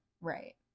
right